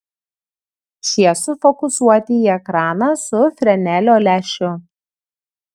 šie sufokusuoti į ekraną su frenelio lęšiu